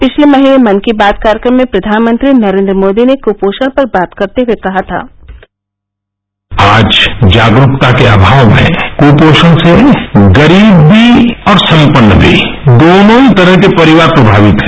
पिछले महीने मन की बात कार्यक्रम में प्रधानमंत्री नरेंद्र मोदी ने कुपोषण पर बात करते हुए कहा था आज जागरूकता के अभाव में कुपोषण से गरीब भी और संपन्न भी दोनों ही तरह के परिवार प्रभावित हैं